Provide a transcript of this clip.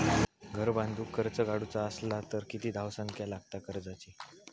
घर बांधूक कर्ज काढूचा असला तर किती धावसंख्या लागता कर्जाची?